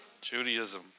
Judaism